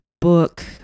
book